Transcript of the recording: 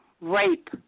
rape